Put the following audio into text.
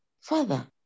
Father